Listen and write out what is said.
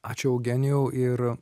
ačiū eugenijau ir